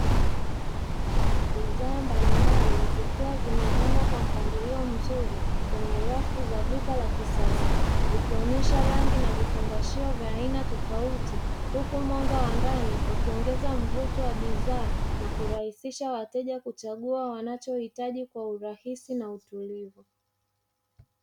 Bidhaa mbalimbali zikiwa zimepangwa kwa mpangilio mzuri kwenye rafu za duka la kisasa zikionyesha rangi na vifungashio vya aina tofauti, huku mwanga wa ndani ukiongeza mvuto wa bidhaa na kurahisisha wateja kuchagua wanachohitaji kwa urahisi na utulivu.